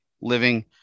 living